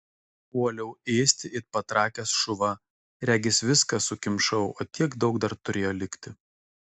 puoliau ėsti it patrakęs šuva regis viską sukimšau o tiek daug dar turėjo likti